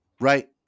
right